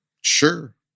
Sure